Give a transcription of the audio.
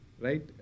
right